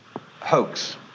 hoax